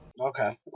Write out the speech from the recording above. Okay